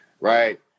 right